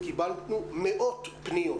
קיבלנו מאות פניות.